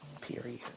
period